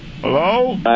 Hello